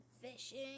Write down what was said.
Fishing